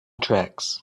tracks